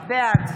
בעד